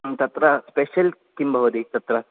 तत्र स्पेशल् किं भवति तत्र